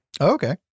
Okay